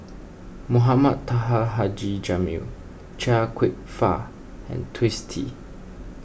Mohamed Taha Haji Jamil Chia Kwek Fah and Twisstii